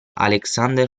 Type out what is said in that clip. alexander